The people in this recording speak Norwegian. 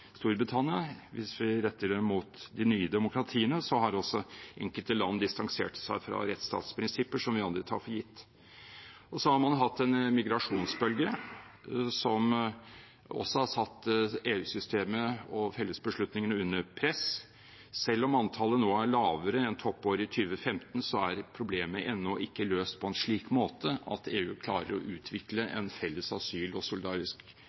Storbritannia og retter det mot de nye demokratiene, har også enkelte land distansert seg fra rettsstatsprinsipper som vi andre tar for gitt. Så har man hatt en migrasjonsbølge som også har satt EU-systemet og fellesbeslutningene under press. Selv om antallet nå er lavere enn i toppåret 2015, er problemet ennå ikke løst på en slik måte at EU klarer å utvikle en felles og solidarisk asyl- og